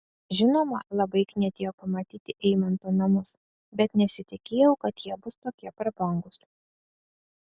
žinoma labai knietėjo pamatyti eimanto namus bet nesitikėjau kad jie bus tokie prabangūs